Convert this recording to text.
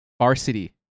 Varsity